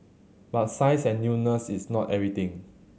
but size and newness is not everything